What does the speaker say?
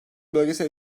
bölgesel